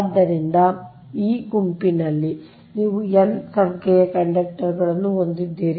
ಆದ್ದರಿಂದ ಇಲ್ಲಿ ಆ ಗುಂಪಿನಲ್ಲಿ ನೀವು n ಸಂಖ್ಯೆಯ ಕಂಡಕ್ಟರ್ ಗಳನ್ನು ಹೊಂದಿದ್ದೀರಿ